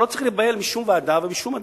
אתה לא צריך להיבהל משום ועדה ומשום אדם.